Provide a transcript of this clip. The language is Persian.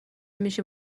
میشی